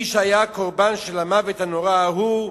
מי שהיה קורבן של המוות הנורא ההוא,